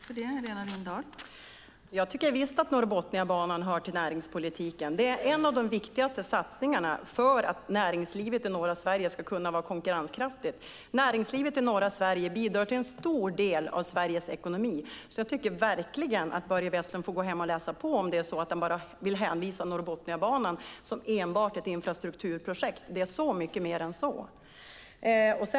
Fru talman! Jag tycker visst att Norrbotniabanan hör till näringspolitiken. Det är en av de viktigaste satsningarna för att näringslivet i norra Sverige ska kunna vara konkurrenskraftigt. Näringslivet i norra Sverige bidrar till en stor del av Sveriges ekonomi, så jag tycker att Börje Vestlund ska gå hem och läsa på om han vill hänvisa Norrbotniabanan till att enbart vara ett infrastrukturprojekt. Det är mycket mer än så.